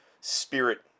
spirit